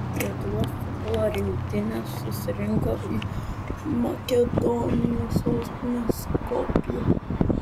lietuvos futbolo rinktinė susirinko į makedonijos sostinę skopję